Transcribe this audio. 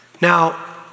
Now